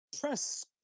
press